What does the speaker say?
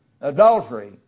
Adultery